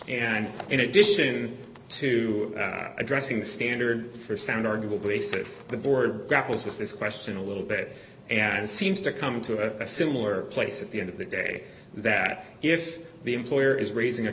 and in addition to addressing the standard for sound article basis the board grapples with this question a little bit and seems to come to a similar place at the end of the day that if the employer is raising a